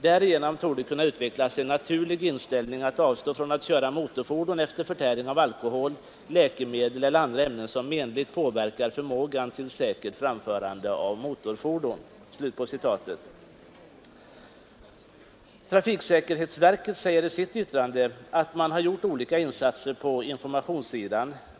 Därigenom torde kunna utvecklas en naturlig inställning att avstå från att köra motorfordon efter förtäring av alkohol, läkemedel eller andra ämnen som menligt påverkar förmågan till säkert framförande av motorfordon.” Trafiksäkerhetsverket säger i sitt yttrande att det har gjort olika insatser på informationssidan.